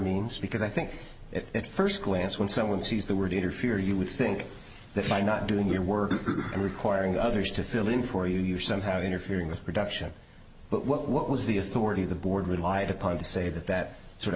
means because i think it at first glance when someone sees the word interfere you would think that by not doing your work and requiring others to fill in for you you're somehow interfering with production but what what was the authority the board relied upon to say that that sort of